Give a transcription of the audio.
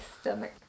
stomach